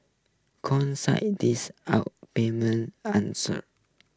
consider this our payment answered